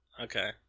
Okay